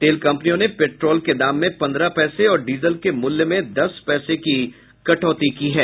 तेल कंपनियों ने पेट्रोल के दाम में पन्द्रह पैसे और डीजल के मूल्य में दस पैसे की कटौती की है